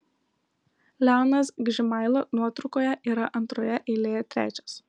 leonas gžimaila nuotraukoje yra antroje eilėje trečias